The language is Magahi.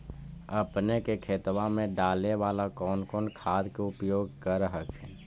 अपने के खेतबा मे डाले बाला कौन कौन खाद के उपयोग कर हखिन?